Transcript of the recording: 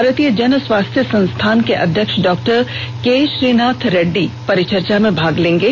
भारतीय जन स्वास्थ्य संस्थान के अध्यक्ष डॉक्टर के श्रीनाथ रेड्डी परिचर्चा में भाग लेंगे